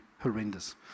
horrendous